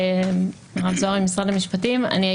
אכן הרעיון היה